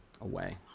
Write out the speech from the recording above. away